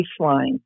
baseline